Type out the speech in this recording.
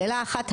שאלה אחת,